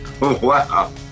Wow